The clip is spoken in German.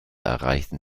erreichten